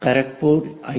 ഖരഗ്പൂരിലെ I